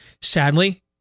sadly